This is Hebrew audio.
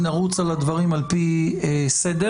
שנרוץ על הדברים על פי סדר,